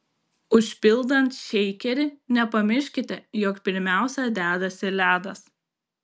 užpildant šeikerį nepamirškite jog pirmiausia dedasi ledas